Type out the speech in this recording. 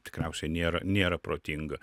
tikriausiai nėra nėra protinga